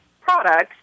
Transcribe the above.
products